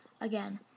Again